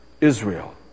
Israel